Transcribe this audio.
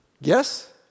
Yes